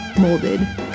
Molded